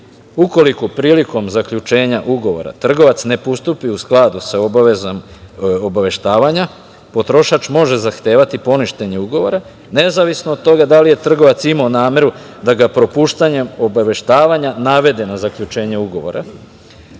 Ukoliko prilikom zaključenja ugovora trgovac ne postupi u skladu sa obavezom obaveštavanja, potrošač može zahtevati poništenje ugovora, nezavisno od toga da li je trgovac imao nameru da ga propuštanjem obaveštavanja navede na zaključenje ugovora.